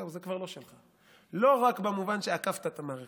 זהו, זה כבר לא שלך, לא רק במובן שעקפת את המערכת.